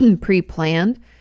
pre-planned